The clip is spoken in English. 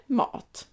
mat